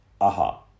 aha